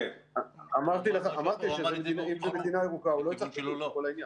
אמרתי שזה אם מדינה ירוקה, אז הוא לא יצטרך בידוד.